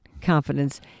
Confidence